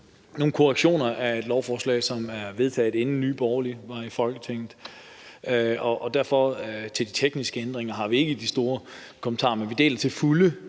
nogle korrektioner af et lovforslag, som er vedtaget, inden Nye Borgerlige kom i Folketinget, og derfor har vi ikke de store kommentarer til de